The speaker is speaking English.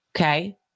Okay